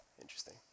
interesting